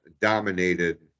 dominated